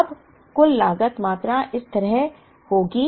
अब कुल लागत मात्रा इस तरह होगी